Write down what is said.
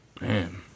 Man